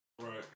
Right